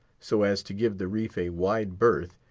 so as to give the reef a wide berth,